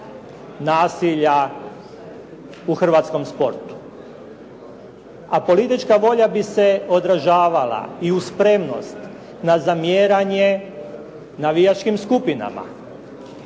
nasilja u hrvatskom sportu. A politička volja bi se odražavala i u spremnost na zamjeranje navijačkim skupinama.